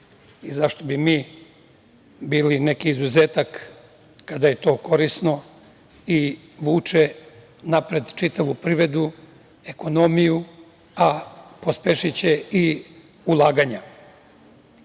i zašto bi i mi bili neki izuzetak kada je to korisno i vuče napred čitavu privredu, ekonomiju, a pospešiće i ulaganja. Što